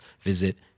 visit